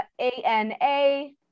a-n-a